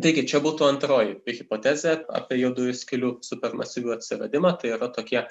taigi čia būtų antroji hipotezė apie juodųjų skylių super masyvių atsiradimą tai yra tokie